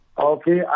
Okay